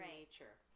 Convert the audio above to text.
nature